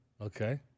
Okay